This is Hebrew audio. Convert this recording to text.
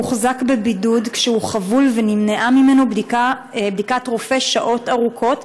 הוא הוחזק בבידוד כשהוא חבול ונמנעה ממנו בדיקת רופא שעות ארוכות,